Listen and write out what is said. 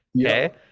Okay